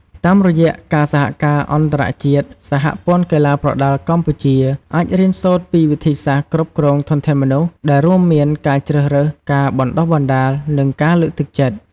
តាមរយៈការសហការអន្តរជាតិ សហព័ន្ធកីឡាប្រដាល់កម្ពុជា អាចរៀនសូត្រពីវិធីសាស្ត្រគ្រប់គ្រងធនធានមនុស្ស ដែលរួមមាន ការជ្រើសរើស ការបណ្តុះបណ្តាល និងការលើកទឹកចិត្ត។